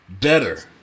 better